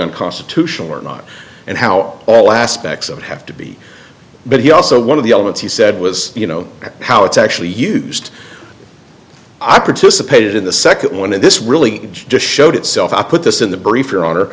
unconstitutional or not and how all aspects of have to be but he also one of the elements he said was you know how it's actually used i participated in the second one and this really just showed itself i put this in the brief your hon